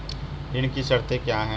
ऋण की शर्तें क्या हैं?